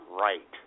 right